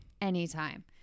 anytime